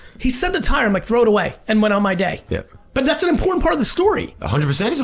he sent a tire. i'm like throw it away. and went on my day. yeah. but that's an important part of the story. a hundred percent. ah